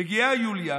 מגיעה יוליה,